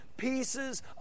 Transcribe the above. pieces